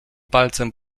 palcem